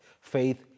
Faith